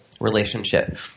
relationship